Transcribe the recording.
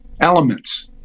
elements